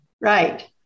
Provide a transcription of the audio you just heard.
Right